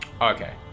Okay